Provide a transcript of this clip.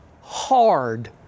hard